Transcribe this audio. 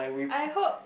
I hope